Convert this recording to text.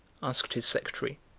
asked his secretary.